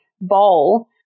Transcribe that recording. bowl